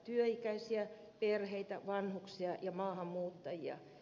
työikäisiä perheitä vanhuksia ja maahanmuuttajia